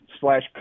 slash